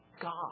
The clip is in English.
God